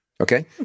Okay